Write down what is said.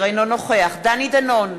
אינו נוכח דני דנון,